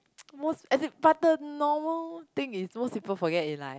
most as in but the normally thing is most people forget in like